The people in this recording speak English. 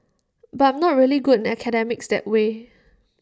but I'm not really good in academics that way